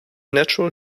natural